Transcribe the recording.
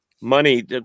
money